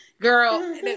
girl